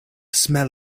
smell